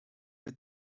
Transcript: with